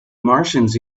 martians